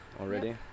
already